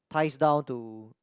ties down to